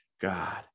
God